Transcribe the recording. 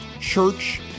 church